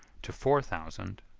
to four thousand,